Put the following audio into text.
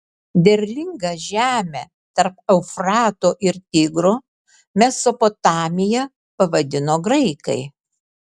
derlingą žemę tarp eufrato ir tigro mesopotamija pavadino graikai